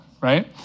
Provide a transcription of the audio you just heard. right